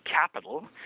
capital